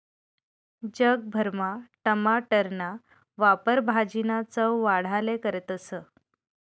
जग भरमा टमाटरना वापर भाजीना चव वाढाले करतस